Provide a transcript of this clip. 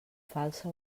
falsa